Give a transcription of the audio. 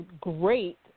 great